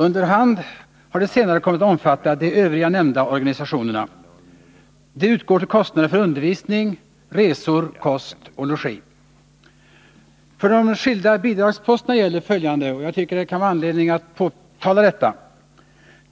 Under hand har det senare kommit att omfatta de övriga nämnda organisationerna. Det utgår för att täcka kostnader för undervisning, resor, kost och logi. För de skilda bidragsposterna gäller följande, som jag tycker det kan vara anledning att framhålla: För att